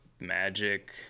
magic